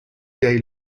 day